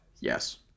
Yes